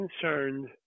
concerned